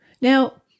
Now